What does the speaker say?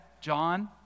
john